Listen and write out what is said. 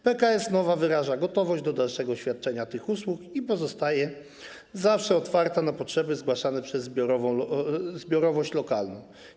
PKS Nova wyraża gotowość do dalszego świadczenia tych usług i pozostaje zawsze otwarta na potrzeby zgłaszane przez zbiorowość lokalną.